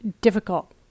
difficult